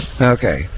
Okay